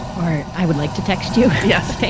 or i would like to text you. yes